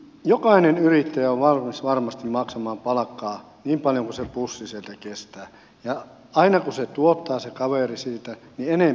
jokainen yrittäjä on varmasti valmis maksamaan palkkaa niin paljon kuin se pussi kestää ja aina kun se kaveri tuottaa niin enempi siihen vain